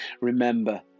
Remember